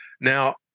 Now